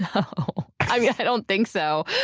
no. i mean, i don't think so.